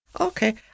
Okay